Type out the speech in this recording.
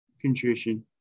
contrition